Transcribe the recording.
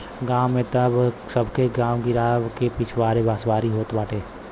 गांव में तअ सबके गांव गिरांव के पिछवारे बसवारी होत बाटे